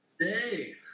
Hey